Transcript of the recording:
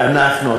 ואנחנו,